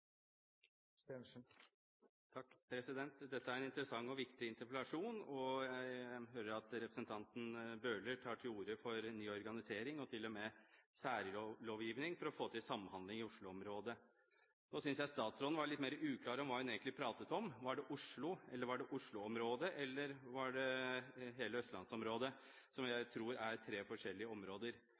Bøhler tar til orde for ny organisering, til og med særlovgivning for å få til samhandling i Oslo-området. Nå synes jeg statsråden var litt mer uklar når det gjelder hva hun pratet om, var det Oslo, var det Oslo-området eller var det hele østlandsområdet, som jeg tror er tre forskjellige områder.